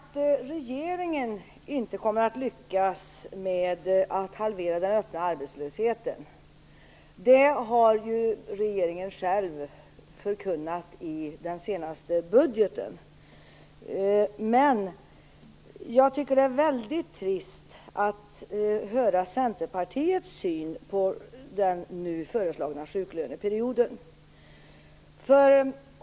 Herr talman! Att regeringen inte kommer att lyckas med att halvera den öppna arbetslösheten har ju regeringen själv förkunnat i den senaste budgeten, men det är väldigt trist att höra Centerpartiets syn på den nu föreslagna sjuklöneperioden.